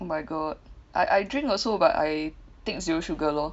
oh my god I I drink also but I take zero sugar lor